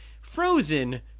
frozen